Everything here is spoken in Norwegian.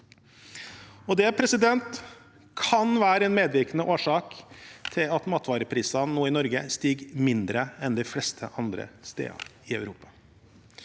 Det kan være en medvirkende årsak til at matvareprisene i Norge nå stiger mindre enn de fleste andre steder i Europa.